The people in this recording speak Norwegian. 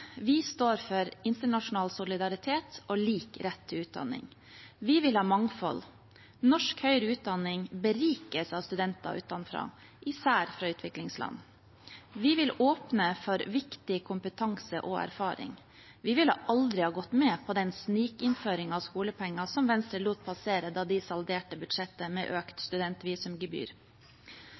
Vi står for internasjonal solidaritet og lik rett til utdanning. Vi vil ha mangfold. Norsk høyere utdanning berikes av studenter utenfra, ikke minst fra utviklingsland. Vi vil åpne for viktig kompetanse og erfaring. Vi ville aldri ha gått med på den snikinnføringen av skolepenger som Venstre lot passere da de salderte budsjettet med økt